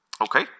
Okay